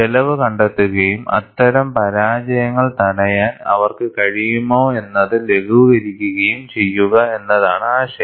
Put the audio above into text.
ചെലവ് കണ്ടെത്തുകയും അത്തരം പരാജയങ്ങൾ തടയാൻ അവർക്ക് കഴിയുമോയെന്നതു ലഘൂകരിക്കുകയും ചെയ്യുക എന്നതാണ് ആശയം